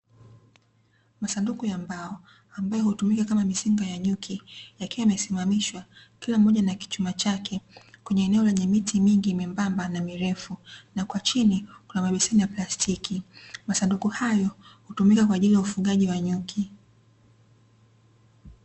Masanduku ya mbao ambayo hutumika kama mizinga ya nyuki yakiwa yamesimamishwa kila moja na kichuma chake kwenye eneo lenye miti mingi membamba na mirefu. Na kwa chini kuna mabeseni ya plastiki. Masanduku hayo hutumika kwa ajili ya ufugaji wa nyuki.